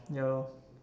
ya lor